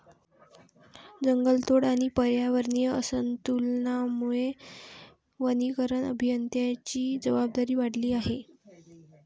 जंगलतोड आणि पर्यावरणीय असंतुलनामुळे वनीकरण अभियंत्यांची जबाबदारी वाढली आहे